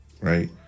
right